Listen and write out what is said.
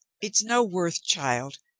it's no worth, child,